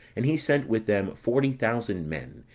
and he sent with them forty thousand men,